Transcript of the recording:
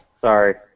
Sorry